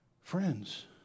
Friends